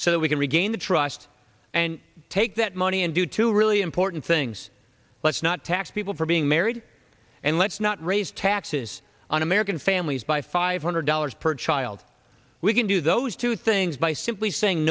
so that we can regain the trust and take that money and do two really important things let's not tax people for being married and let's not raise taxes on american families by five hundred dollars per child we can do those two things by simply saying